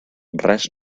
res